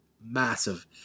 massive